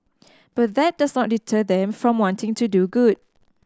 but that does not deter them from wanting to do good